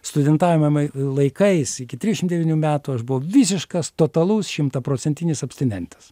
studentavimame laikais iki trisdešimt devynių metų aš buvau visiškas totalus šimtaprocentinis abstinentas